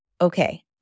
Okay